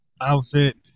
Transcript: outfit